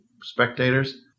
spectators